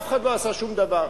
ואף אחד לא עשה שום דבר.